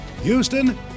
Houston